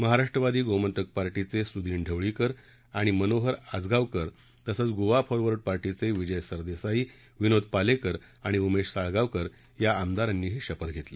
महाराष्ट्रवादी गोमंतक पार्टीचे सुदीन ढवळीकर आणि मनोहर आजगावकर तसंच गोवा फॉरवर्ड पार्टीचे विजय सरदेसाई विनोद पालेकर आणि उमेश साळगावकर या आमदारांनीही शपथ घेतली